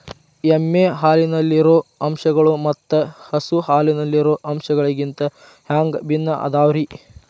ಎಮ್ಮೆ ಹಾಲಿನಲ್ಲಿರೋ ಅಂಶಗಳು ಮತ್ತ ಹಸು ಹಾಲಿನಲ್ಲಿರೋ ಅಂಶಗಳಿಗಿಂತ ಹ್ಯಾಂಗ ಭಿನ್ನ ಅದಾವ್ರಿ?